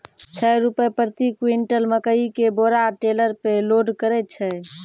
छह रु प्रति क्विंटल मकई के बोरा टेलर पे लोड करे छैय?